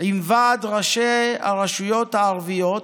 עם ועד ראשי הרשויות הערביות,